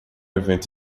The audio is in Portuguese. evento